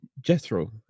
Jethro